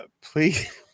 please